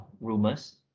rumors